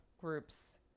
groups